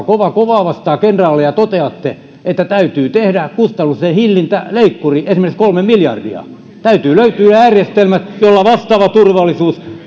kova kovaa vastaan kenraalille ja todetkaa että täytyy tehdä kustannustenhillintäleikkuri esimerkiksi kolme miljardia täytyy löytyä järjestelmät joilla vastaava turvallisuus